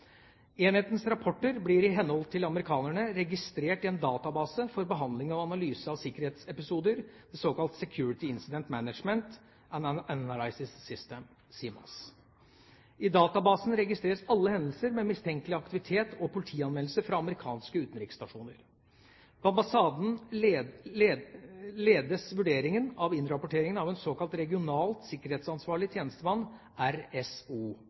Enhetens rapporter blir i henhold til amerikanerne registrert i en database for behandling og analyse av sikkerhetsepisoder, såkalt Security Incident Management and Analysis System, SIMAS. I databasen registreres alle hendelser med mistenkelig aktivitet og politianmeldelse fra amerikanske utenriksstasjoner. På ambassaden ledes vurderingen av innrapporteringen av en såkalt regionalt sikkerhetsansvarlig